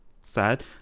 sad